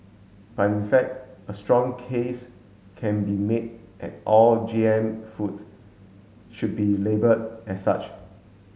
but in fact a strong case can be made that all G M food should be labelled as such